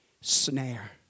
Snare